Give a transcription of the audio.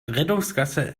rettungsgasse